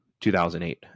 2008